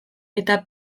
eta